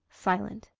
silent.